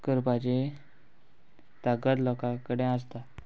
करपाची ताकत लोकां कडेन आसता